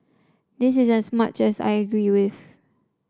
this is as much as I agree with